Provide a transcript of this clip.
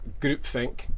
groupthink